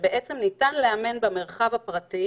בבג"ץ הזה אמרו שניתן לאמן במרחב הפרטי